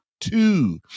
two